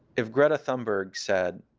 if greta thunberg said,